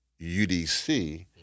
UDC